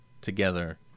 together